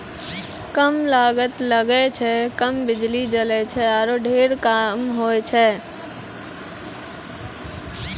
कम लागत लगै छै, कम बिजली जलै छै आरो ढेर काम होय छै